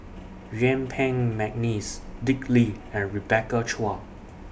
Yuen Peng Mcneice Dick Lee and Rebecca Chua